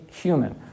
human